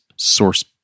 source